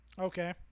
Okay